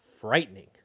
frightening